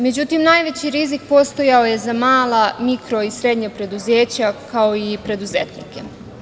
Međutim, najveći rizik postojao je za mala, mikro i srednja preduzeća, kao i preduzetnike.